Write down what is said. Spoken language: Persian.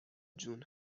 جون